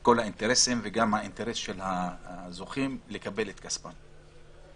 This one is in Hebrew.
כל האינטרסים וגם האינטרס של הזוכים לקבל את כספם.